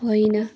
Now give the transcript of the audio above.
होइन